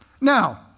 Now